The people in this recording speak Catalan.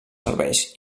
serveis